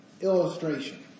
illustration